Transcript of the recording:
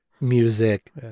music